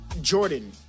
Jordan